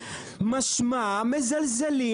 משמע מזלזלים,